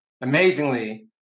amazingly